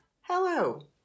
Hello